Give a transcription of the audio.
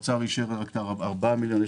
משרד האוצר אישר לי רק 4 מיליון שקל.